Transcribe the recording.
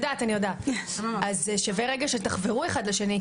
שווה שתחברו אחד לשני,